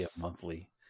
monthly